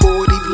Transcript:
40